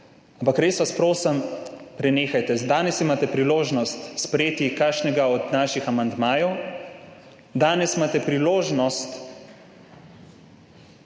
ampak res vas prosim, prenehajte. Danes imate priložnost sprejeti kakšnega od naših amandmajev, danes imate priložnost